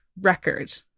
record